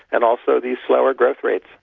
and also these slower growth rates.